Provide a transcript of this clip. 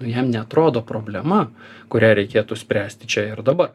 jam neatrodo problema kurią reikėtų spręsti čia ir dabar